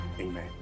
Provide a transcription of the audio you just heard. amen